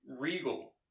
regal